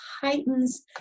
heightens